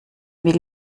will